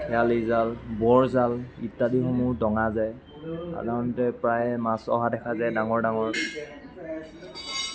খেয়ালি জাল বৰ জাল ইত্যাদিসমূহ দঙা যায় সাধাৰণতে প্ৰায় মাছ অহা দেখা যায় ডাঙৰ ডাঙৰ